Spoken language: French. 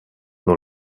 dans